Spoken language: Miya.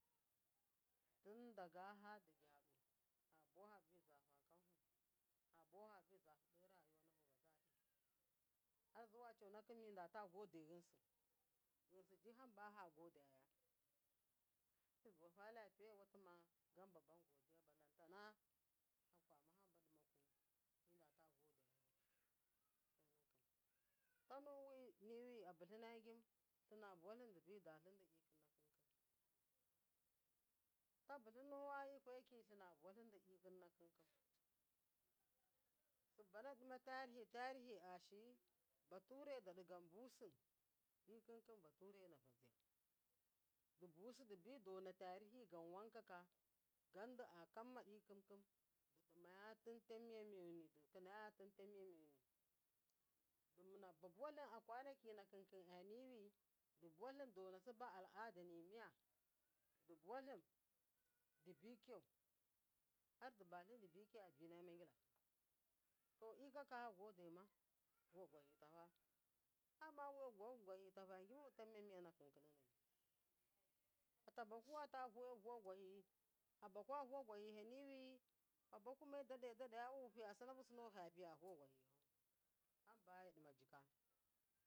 Tin daga fadtgabt tabuwa fabi zafa kanfu fabuwafa fabi zafu do rayiwanafu har zuwa con kum mudatu gode ghimsi ghisi ji’ hamba ha goyad zuwa fa lafiyewatima gam basbam godiya balantana fakwama hamba dimakhu mudatu godaya tanu miwi a abuhu gim tina buwa hum di’bi dalindi’ kin nakinkhun tabulinna yi kwum tilabuwa di’ndi’ ikinnakhum kum subana ima tarihitarihi a shiyi bature dadi’ gam busi bature na vaziyadibusi dibidona tarihigan di’wankaka gau di’a kamma i kunkun di’ dimayatun tamiyamiyeni dikinatunta miga miyeni dumuna babuwahunakuna ki’ nak un khum aniwiduba hum dubi dona suba aladanimiya dubalun dubi’ kiyau hardubalum dubi kiya bina maugi’la to i kaka fa godema vuwagwa hitafangimwa wuya vuwa gwahin fatbaku me da de- da daya wu fiya sinafu sinall fa piya vawa gwahintafai hamb mi’ diya zika.